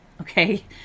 okay